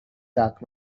dark